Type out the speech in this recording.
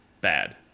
bad